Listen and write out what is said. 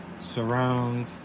surround